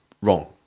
wrong